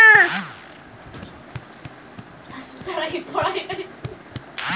अंगूर के खेती पहाड़ी इलाका में भी कईल जाला